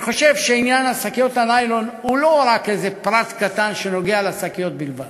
אני חושב שעניין שקיות הניילון הוא לא רק פרט קטן שנוגע לשקיות בלבד,